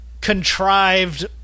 contrived